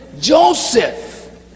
Joseph